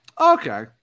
Okay